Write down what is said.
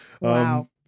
Wow